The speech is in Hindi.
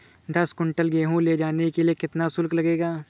दस कुंटल गेहूँ ले जाने के लिए कितना शुल्क लगेगा?